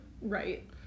Right